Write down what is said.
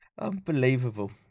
Unbelievable